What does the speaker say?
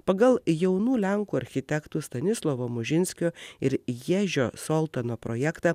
pagal jaunų lenkų architektų stanislovo mušinskio ir ježio soltono projektą